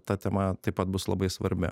ta tema taip pat bus labai svarbi